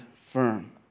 firm